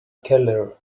keller